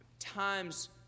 Times